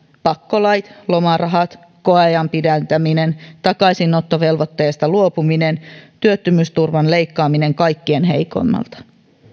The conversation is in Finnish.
pakkolait lomarahat koeajan pidentäminen takaisinottovelvoitteesta luopuminen työttömyysturvan leikkaaminen kaikkein heikoimmalta